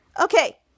Okay